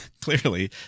clearly